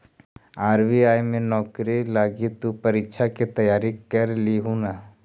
RBI में नौकरी लागी तु परीक्षा के तैयारी कर लियहून